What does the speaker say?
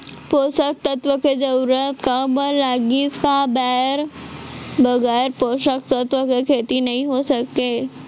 पोसक तत्व के जरूरत काबर लगिस, का बगैर पोसक तत्व के खेती नही हो सके?